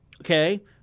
okay